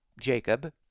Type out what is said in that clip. Jacob